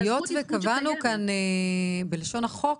אז היות שקבענו כאן בלשון החוק,